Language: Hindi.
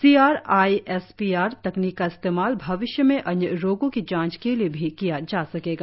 सीआरआईएसपीआर तकनीक का इस्तेमाल भविष्य में अन्य रोगों की जांच के लिए भी किया जा सकेगा